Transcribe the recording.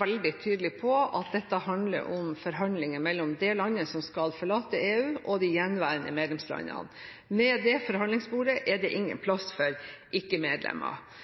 veldig tydelig på at dette handler om forhandlinger mellom det landet som skal forlate EU, og de gjenværende medlemslandene. Ved det forhandlingsbordet er det ingen plass for ikke-medlemmer. Men vi er ikke